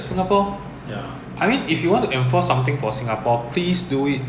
but singapore they enforce in singapore car only leh outside car no need [one]